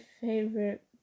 favorite